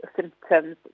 symptoms